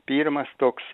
pirmas toks